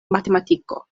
matematiko